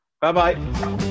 bye-bye